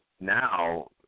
now